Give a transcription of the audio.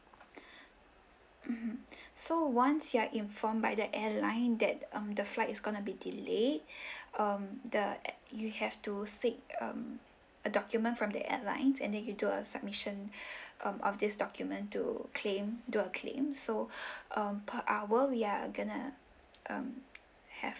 mmhmm so once you are informed by the airline that um the flight is gonna be delayed um the uh you have to seek um a document from the airlines and then you do a submission um of this document to claim do a claim so um per hour we are gonna um have